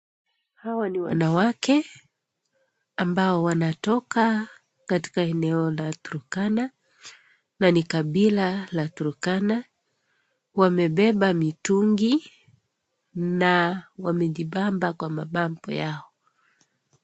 Hawa ni wanawake ambao wanatoka katika eneo la Trukana, na ni kabila la Trukana. Wamebeba mitungi na wamejipamba kwa mapambo yao.